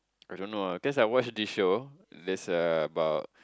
I don't know lah cause I watch this show is about